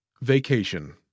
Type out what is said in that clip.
Vacation